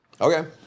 Okay